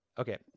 Okay